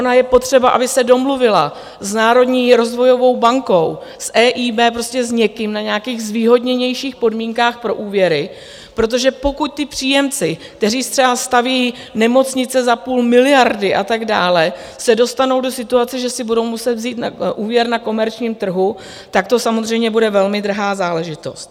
Ono je potřeba, aby se domluvila s Národní rozvojovou bankou, s EIB, prostě s někým na nějakých zvýhodněnějších podmínkách pro úvěry, protože pokud ti příjemci, kteří třeba staví nemocnice za půl miliardy a tak dále, se dostanou do situace, že si budou muset vzít úvěr na komerčním trhu, tak to samozřejmě bude velmi drahá záležitost.